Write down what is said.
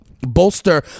bolster